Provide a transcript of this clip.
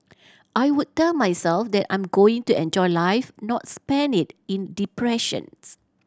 I would tell myself that I'm going to enjoy life not spend it in depressions